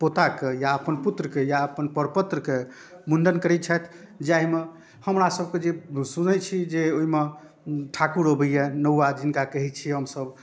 पोताके या अपन पुत्रके या अपन परपौत्रके मुण्डन करै छथि जाहिमे हमरासबके जे सुनै छी जे ओहिमे ठाकुर अबैए नौआ जिनका कहै छिए हमसब